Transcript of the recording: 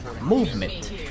movement